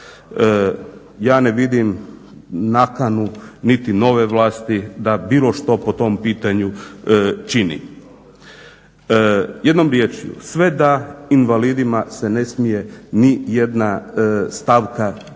Ja ne vidim nakanu niti nove vlasti da bilo što po tom pitanju čini. Jednom riječju sve da invalidima se ne smije nijedna stavka taknuti